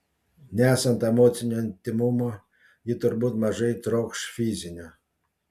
nesant emocinio intymumo ji turbūt mažai trokš fizinio